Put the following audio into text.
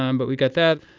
um but we got that.